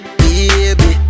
baby